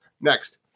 Next